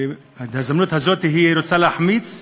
כי את ההזדמנות הזאת היא רוצה להחמיץ,